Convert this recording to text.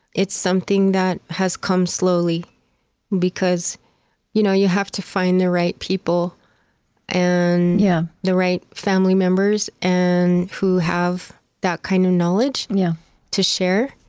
it's something that has come slowly because you know you have to find the right people and yeah the right family members and who have that kind of knowledge yeah to share.